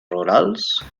rurals